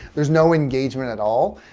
there's no engagement at all?